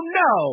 no